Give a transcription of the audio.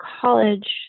college